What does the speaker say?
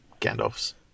Gandalf's